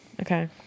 Okay